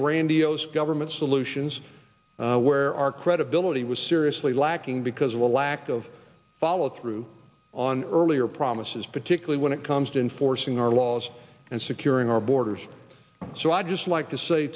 grandiose government solutions where our credibility was seriously lacking because of a lack of follow through on earlier promises particularly when it comes to enforcing our laws and securing our borders so i'd just like to say